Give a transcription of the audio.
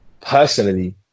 Personally